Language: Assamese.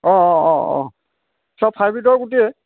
অঁ অঁ অঁ অঁ চব হাইব্ৰিডৰ গুটিয়ে